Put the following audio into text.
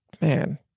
man